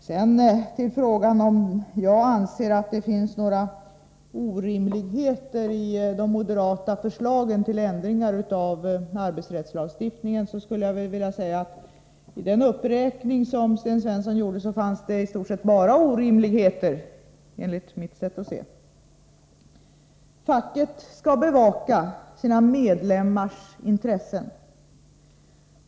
Sedan till frågan om jag anser att det finns orimligheter i de moderata förslagen till ändringar av arbetsrättslagstiftningen. I Sten Svenssons uppräkning fanns det i stort sett bara orimligheter, enligt mitt sätt att se. Facket skall bevaka sina medlemmars intressen.